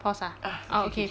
okay so we are back